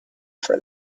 for